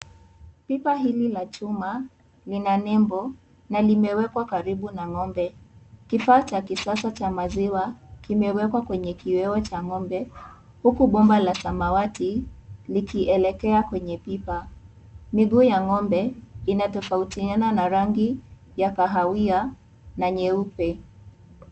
Pipa hili la chuma, lina nembo, na limewekwa karibu na ngombe, kifaa cha kisasa cha maziwa, kimewekwa kwenye kiyeo cha ngombe, huku boma la samawati likielekea kwenye pipa, miguu ya ngombe, inatofautiana na rangi, ya kahawia, na nyeupe.